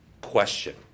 question